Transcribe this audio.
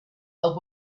are